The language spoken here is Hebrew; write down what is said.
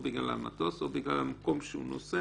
או בגלל המטוס או בגלל המקום שהוא נוסע,